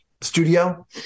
studio